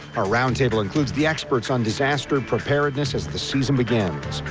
a roundtable includes the experts on disaster preparedness as the season begins.